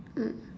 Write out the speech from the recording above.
mm